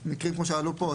או מקרים כמו שעלו פה,